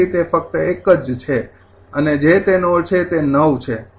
તેથી તે ફક્ત એક જ છે અને જે તે નોડ છે તે ૯ છે